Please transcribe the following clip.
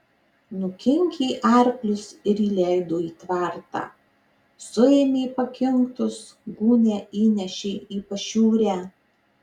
nukinkė arklius ir įleido į tvartą suėmė pakinktus gūnią įnešė į pašiūrę